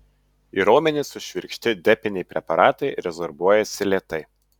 į raumenis sušvirkšti depiniai preparatai rezorbuojasi lėtai